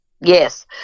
Yes